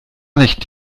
nicht